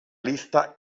lista